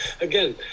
again